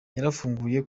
yarafunguwe